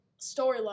storyline